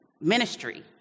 ministry